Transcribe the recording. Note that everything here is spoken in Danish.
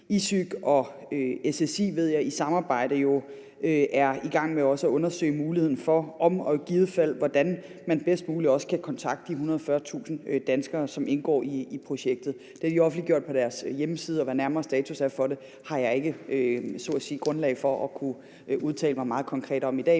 iPSYCH og SSI, ved jeg, i samarbejde jo er i gang med at undersøge muligheden for, om og i givet fald hvordan man bedst muligt kan kontakte de 140.000 danskere, som indgår i projektet. Det har de offentliggjort på deres hjemmeside, og hvad nærmere status er for det, har jeg så at sige ikke grundlag for at kunne udtale mig meget konkret om i dag,